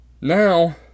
Now